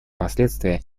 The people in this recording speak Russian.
последствия